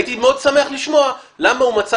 הייתי מאוד שמח לשמוע למה הוא מצא